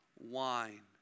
wine